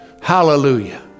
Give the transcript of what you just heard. Hallelujah